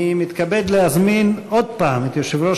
אני מתכבד להזמין עוד הפעם את יושב-ראש